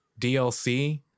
DLC